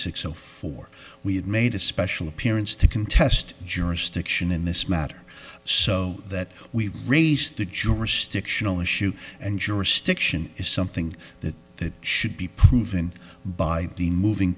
zero four we have made a special appearance to contest jurisdiction in this matter so that we raise the jurisdictional issue and jurisdiction is something that that should be proven by the moving